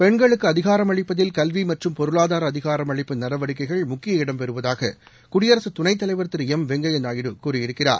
பெண்களுக்கு அதிகாரம் அளிப்பதில் கல்வி மற்றும் பொருளாதார அதிகாரம் அளிப்பு நடவடிக்கைகள் முக்கிய இடம்பெறுவதாக குடியரக துணைத்தலைவர் திரு எம் வெங்கப்யா நாயுடு கூறியிருக்கிறார்